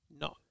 No